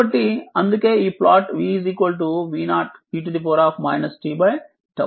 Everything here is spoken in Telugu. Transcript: కాబట్టి అందుకే ఈ plot v v0 e tT